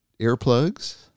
earplugs